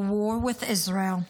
a war with Israel,